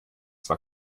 zwar